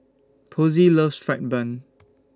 Posey loves Fried Bun